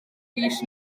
fis